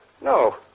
No